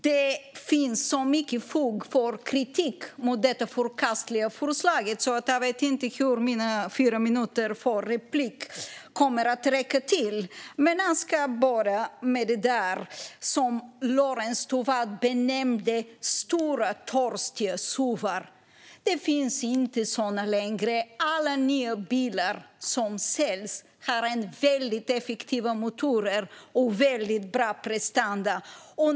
Det finns så mycket fog för kritik mot detta förkastliga förslag att jag inte vet hur mina fyra minuter för replik ska räcka till. Men jag ska börja med det där som Lorentz Tovatt benämnde "stora och törstiga suvar". Det finns inga sådana längre. Alla nya bilar som säljs har väldigt effektiva motorer och väldigt bra prestanda.